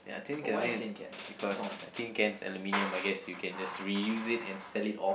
ya tin can I mean because I think can is aluminium I guess you can just reuse it and sell it off